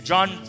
John